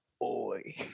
Boy